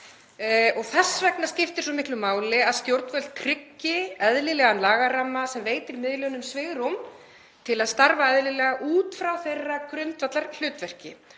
Þess vegna skiptir svo miklu máli að stjórnvöld tryggi eðlilegan lagaramma sem veitir miðlunum svigrúm til að starfa eðlilega út frá þeirra grundvallarhlutverki.